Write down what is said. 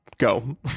Go